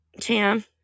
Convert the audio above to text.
Tam